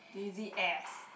lazy ass